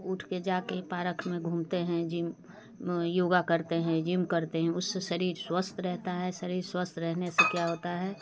उठ के जा के पारक में घूमते हैं जिम योगा करते हैं जिम करते हैं उससे शरीर स्वस्थ रहता है शरीर स्वस्थ रहने से क्या होता है